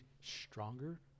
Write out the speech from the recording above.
stronger